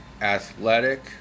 athletic